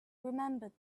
remembered